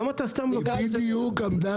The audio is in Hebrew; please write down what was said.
למה אתה סתם --- היא בדיוק עמדה